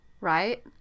right